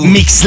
Mix